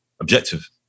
objective